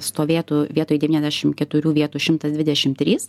stovėtų vietoj devyniasdešim keturių vietų šimtas dvidešim trys